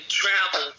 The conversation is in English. travel